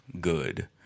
good